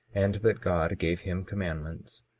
and that god gave him commandments,